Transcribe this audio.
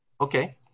Okay